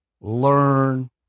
learn